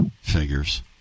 figures